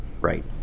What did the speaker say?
Right